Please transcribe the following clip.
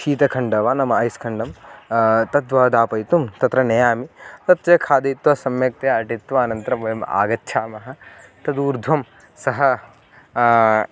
शीतखण्डं वा नाम ऐस् खण्डं तद्वा दापयितुं तत्र नयामि तस्य खादयित्वा सम्यक्तया अटित्वा अनन्तरं वयम् आगच्छामः तदूर्ध्वं सः